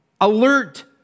alert